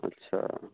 अच्छा